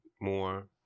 more